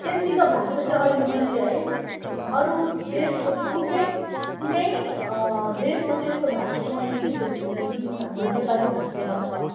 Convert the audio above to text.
त्यत्तिको भाषा चाहिँ अहिले मैले है अरू देशको चाहिँ कुनै कुनै देशमा चाहिँ यस्तो भाषा चाहिँ मैले देखेको छुइनँ जुन हाम्रो नेपाली भाषामा छ